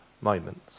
moments